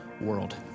world